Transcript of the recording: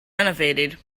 renovated